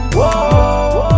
Whoa